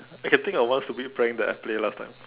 I can think of one stupid prank that I play last time